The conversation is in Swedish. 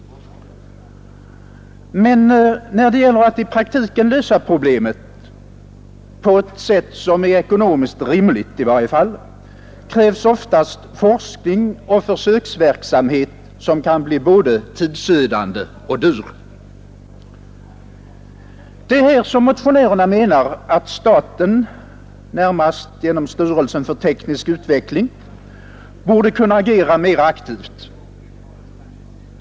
Men när det gäller att i praktiken lösa problemet — på ett sätt som är ekonomiskt rimligt i varje fall — krävs oftast forskning och försöksverksamhet, som kan bli både tidsödande och dyr. Det är här som motionärerna menar att staten, närmast genom styrelsen för teknisk utveckling, borde kunna agera mera aktivt.